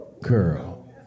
girl